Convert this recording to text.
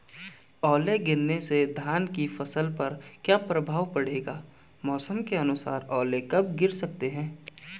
ओले गिरना से धान की फसल पर क्या प्रभाव पड़ेगा मौसम के अनुसार ओले कब गिर सकते हैं?